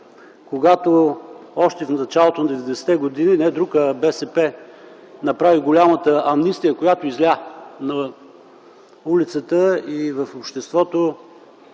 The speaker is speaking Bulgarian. прехода. Още в началото на 90-те години не друг, а БСП направи голямата амнистия, която изля на улицата и в обществото